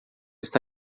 está